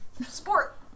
Sport